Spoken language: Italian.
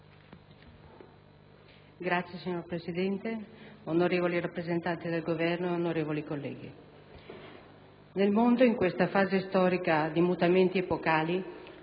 Signor Presidente, onorevoli rappresentanti del Governo e onorevoli colleghi, nel mondo, in questa fase storica di mutamenti epocali,